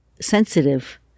sensitive